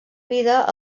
vida